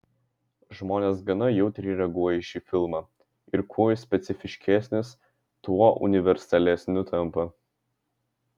žmonės gana jautriai reaguoja į šį filmą ir kuo jis specifiškesnis tuo universalesniu tampa